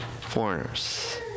foreigners